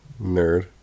Nerd